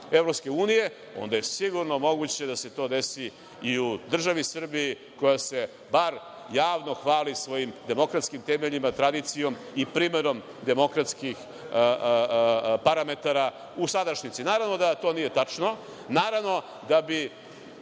državama EU, onda je sigurno moguće da se to desi i u državi Srbiji koja se bar javno hvali svojim demokratskim temeljima, tradicijom i primenom demokratskih parametara u sadašnjici. Naravno, da to nije tačno. Naravno, da bi